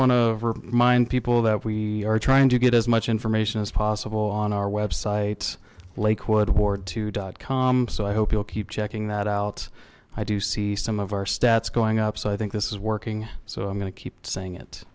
want to remind people that we are trying to get as much information as possible on our website lakewood ward to com so i hope you'll keep checking that out i do see some of our stats going up so i think this is working so i'm going to keep saying it